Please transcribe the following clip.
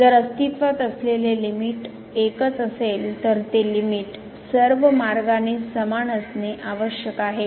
जर अस्तित्त्वात असलेले लिमिट एकच असेल तर ते लिमिट सर्व मार्गाने समान असणे आवश्यक आहे